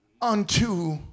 Unto